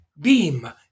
beam